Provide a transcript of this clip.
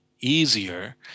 easier